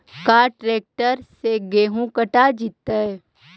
का ट्रैक्टर से गेहूं कटा जितै?